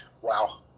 Wow